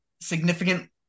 significant